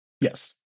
Yes